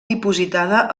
dipositada